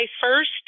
first